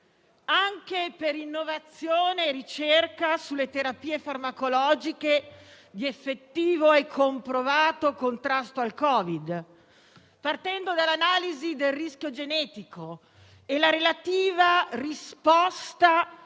anche per innovazione e ricerca sulle terapie farmacologiche di effettivo e comprovato contrasto al Covid, partendo dall'analisi del rischio genetico e la relativa risposta